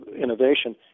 innovation